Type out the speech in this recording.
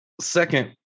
second